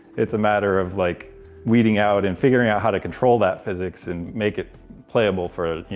it's a matter of like weeding out and figuring out how to control that physics and make it playable for, you